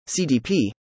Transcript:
CDP